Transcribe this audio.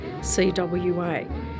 CWA